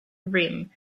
rim